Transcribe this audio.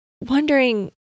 wondering